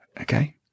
okay